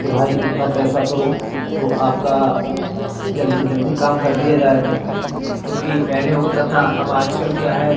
कि भाई इतना पैसा दो तो आपका जल्दी जल्दी काम कर दिया जाएगा चूंकि पहले होता था अब आजकल क्या है